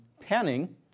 panning